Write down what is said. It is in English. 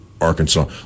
Arkansas